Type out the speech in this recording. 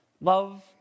Love